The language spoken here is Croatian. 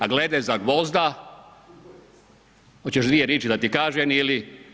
A glede Zagvozda, oćeš dvije riči da ti kažem ili?